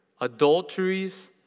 adulteries